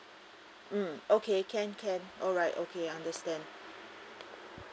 mm okay can can alright okay understand